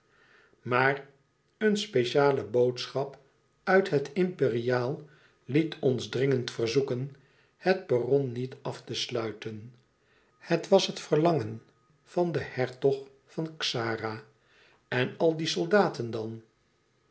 maar een speciale boodschap uit het imperiaal liet ons dringend verzoeken het perron niet af te sluiten het was het verlangen van den hertog van xara en al die soldaten dan